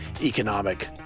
economic